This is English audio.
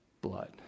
blood